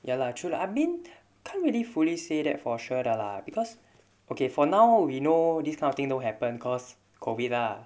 ya lah true lah I mean can't really fully say that for sure 的 lah because okay for now we know this kind of thing don't happen cause COVID lah